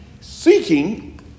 seeking